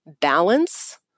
balance